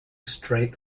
straight